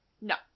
No